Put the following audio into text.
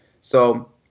So-